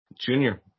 Junior